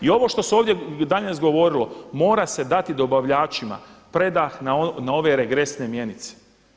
I ovo što se ovdje danas govorilo mora se dati dobavljačima predah na ove regresne mjenice.